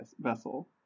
vessel